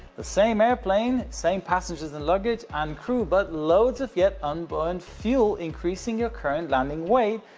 the same airplane, same passengers and luggage, and crew, but loads of yet unburned fuel, increasing your current landing weight,